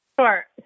Sure